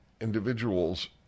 individuals